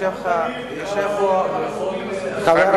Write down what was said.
תשובת שר התחבורה והבטיחות בדרכים ישראל כץ: (לא נקראה,